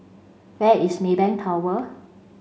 where is Maybank Tower